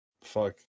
fuck